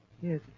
Yes